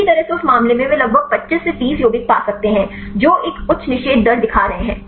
अच्छी तरह से उस मामले में वे लगभग 25 से 30 यौगिक पा सकते हैं जो एक उच्च निषेध दर दिखा रहे हैं